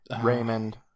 Raymond